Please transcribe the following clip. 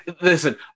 Listen